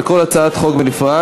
על כל הצעת חוק בנפרד.